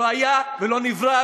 לא היה ולא נברא,